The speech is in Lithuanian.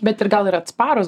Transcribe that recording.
bet ir gal ir atsparūs